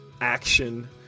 Action